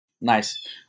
Nice